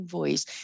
voice